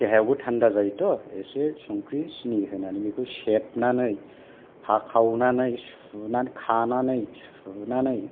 थानदा जायोथ' एसे संख्रि सिनि होनानै सेबनानै हाखावनानै सुनानै खानानै सुनानै